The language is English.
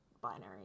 binary